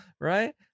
right